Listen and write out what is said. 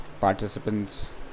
participants